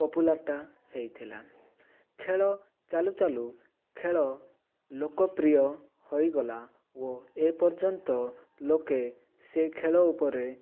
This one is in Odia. ପପୁଲାର୍ଟା ହେଇଥିଲା ଖେଳ ଚାଲୁ ଚାଲୁ ଖେଳ ଲୋକପ୍ରିୟ ହୋଇଗଲା ଓ ଏ ପର୍ଯ୍ୟନ୍ତ ଲୋକେ ସେ ଖେଳ ଉପରେ